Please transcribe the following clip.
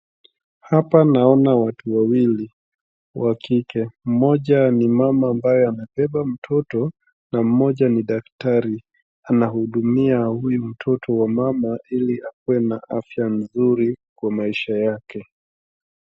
Hapa naona watu wawili wa kike, mmoja ni mama ambaye amebeba mtoto na mmoja ni daktari anahudumia huyu mtoto wa mama ili akuwe na afya nzuri kwa maisha yake.